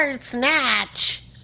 snatch